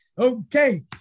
okay